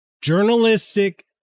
journalistic